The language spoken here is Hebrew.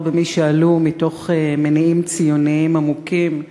במי שעלו ממניעים ציוניים עמוקים,